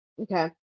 Okay